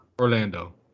Orlando